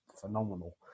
phenomenal